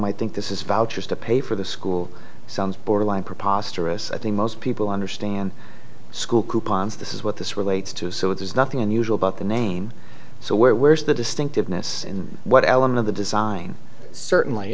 might think this is vouchers to pay for the school sounds borderline preposterous i think most people understand school coupons this is what this relates to so there's nothing unusual about the name so where where's the distinctiveness in what element of the design certainly